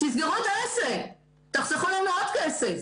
תסגרו את העסק, תחסכו לנו עוד כסף.